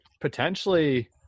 potentially